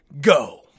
go